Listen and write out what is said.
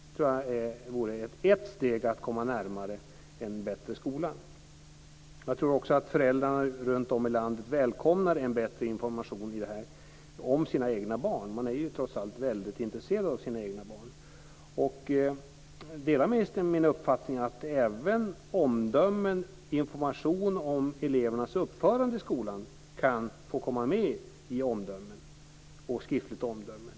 Det tror jag vore ett steg att komma närmare en bättre skola. Jag tror också att föräldrarna runtom i landet välkomnar en bättre information om sina egna barn. Man är ju trots allt väldigt intresserad av sina egna barn. Delar ministern min uppfattning att även omdömen och information om elevernas uppförande i skolan kan få komma med i skriftligt omdöme?